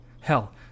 Hell